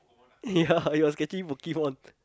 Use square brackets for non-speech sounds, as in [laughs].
ya [laughs] he was catching Pokemon